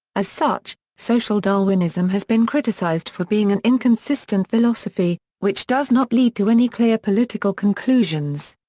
as such, social darwinism has been criticized for being an inconsistent philosophy, which does not lead to any clear political conclusions.